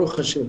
ברוך השם.